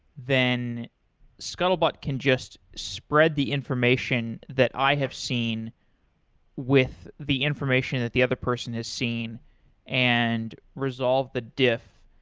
then scuttlebutt can just spread the information that i have seen with the information that the other person has seen and resolve the diff.